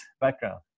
background